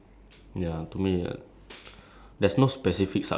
down the road you you never know when you are going to use that